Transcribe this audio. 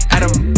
Adam